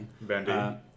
Bendy